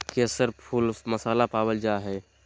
केसर फुल मसाला पावल जा हइ